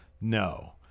No